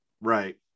Right